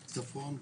צפון,